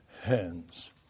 hands